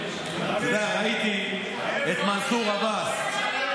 ראיתי את מנסור עבאס,